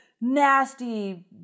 nasty